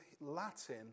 Latin